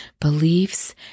beliefs